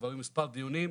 כבר היו מספר דיונים,